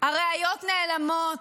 הראיות נעלמות,